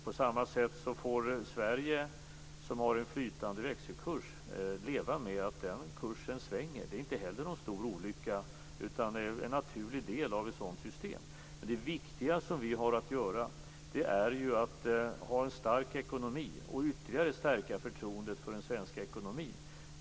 På samma sätt får Sverige, som har en flytande växelkurs, leva med att den kursen svänger. Det är inte heller någon stor olycka utan en naturlig del av ett sådant system. Det viktiga som vi har att göra är att bevara en stark ekonomi och ytterligare stärka förtroendet för den svenska ekonomin.